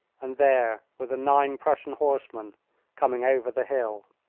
and there were the nine prussian horsemen coming over the hill.